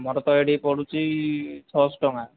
ମୋର ତ ଏଠି ପଡ଼ୁଛି ଛଅଶହ ଟଙ୍କା